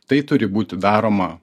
tai turi būti daroma